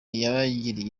yabagiriye